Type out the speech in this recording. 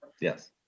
Yes